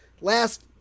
last